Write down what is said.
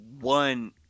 one